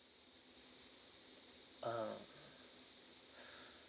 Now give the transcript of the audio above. ah